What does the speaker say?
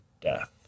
death